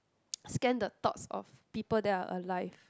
scan the thoughts of people that are alive